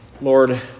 Lord